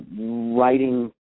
writing